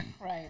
Right